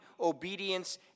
obedience